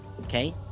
Okay